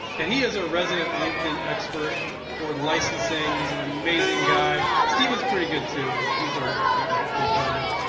and he is our resident linkedin expert for licensing. he's an amazing guy. stephen's pretty good, too. he's our inventright co-founder.